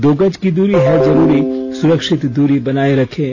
दो गज की दूरी है जरूरी सुरक्षित दूरी बनाए रखें